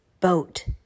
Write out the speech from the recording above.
boat